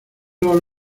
los